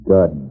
Good